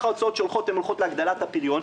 ההוצאות שהולכות הן הוצאות להגדלת הפריון,